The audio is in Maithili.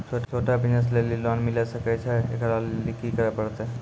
छोटा बिज़नस लेली लोन मिले सकय छै? एकरा लेली की करै परतै